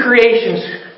creation's